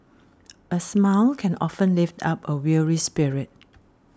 a smile can often lift up a weary spirit